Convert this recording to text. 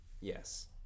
Yes